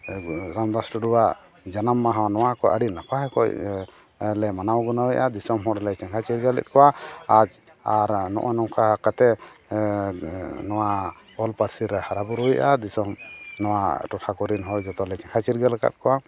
ᱨᱟᱢᱫᱟᱥ ᱴᱩᱰᱩᱣᱟᱜ ᱡᱟᱱᱟᱢ ᱢᱟᱦᱟ ᱱᱚᱣᱟᱠᱚ ᱟᱹᱰᱤ ᱱᱟᱯᱟᱭ ᱚᱠᱚᱡᱞᱮ ᱢᱟᱱᱟᱣ ᱜᱩᱱᱟᱹᱣᱮᱫᱼᱟ ᱫᱤᱥᱚᱢ ᱦᱚᱲᱞᱮ ᱪᱮᱸᱜᱷᱟᱼᱪᱤᱨᱜᱟᱹᱞᱮᱫ ᱠᱚᱣᱟ ᱟᱨ ᱱᱚᱜᱼᱚᱭ ᱱᱚᱝᱠᱟ ᱠᱟᱛᱮᱫ ᱱᱚᱣᱟ ᱚᱞ ᱯᱟᱹᱨᱥᱤᱞᱮ ᱦᱟᱨᱟ ᱵᱩᱨᱩᱭᱮᱫᱼᱟ ᱫᱤᱥᱚᱢ ᱱᱚᱣᱟ ᱴᱚᱴᱷᱟ ᱠᱚᱨᱮᱱ ᱦᱚᱲ ᱡᱚᱛᱚᱞᱮ ᱪᱮᱸᱜᱷᱟᱼᱪᱤᱨᱜᱟᱹᱞ ᱟᱠᱟᱫ ᱠᱚᱣᱟ